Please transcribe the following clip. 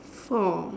four